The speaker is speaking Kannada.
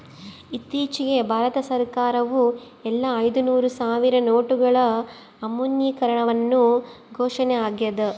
ಇತ್ತೀಚಿಗೆ ಭಾರತ ಸರ್ಕಾರವು ಎಲ್ಲಾ ಐದುನೂರು ಸಾವಿರ ನೋಟುಗಳ ಅಮಾನ್ಯೀಕರಣವನ್ನು ಘೋಷಣೆ ಆಗ್ಯಾದ